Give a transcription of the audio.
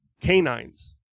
canines